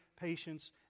patience